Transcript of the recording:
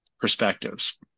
perspectives